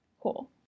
Cool